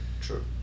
True